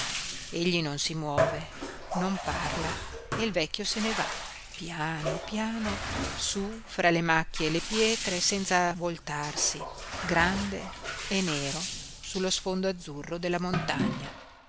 egli non si muove non parla e il vecchio se ne va piano piano su fra le macchie e le pietre senza voltarsi grande e nero sullo sfondo azzurro della montagna